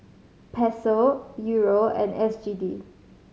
Peso Euro and S G D